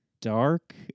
dark